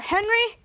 Henry